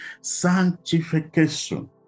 Sanctification